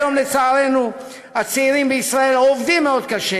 היום, לצערנו, הצעירים בישראל עובדים מאוד קשה